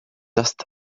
just